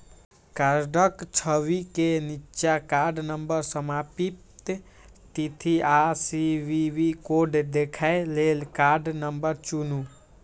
कार्डक छवि के निच्चा कार्ड नंबर, समाप्ति तिथि आ सी.वी.वी कोड देखै लेल कार्ड नंबर चुनू